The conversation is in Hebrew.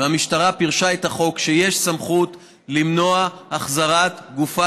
המשטרה פירשה את החוק שיש סמכות למנוע החזרת גופה